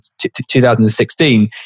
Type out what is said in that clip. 2016